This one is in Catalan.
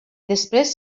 després